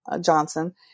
Johnson